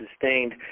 sustained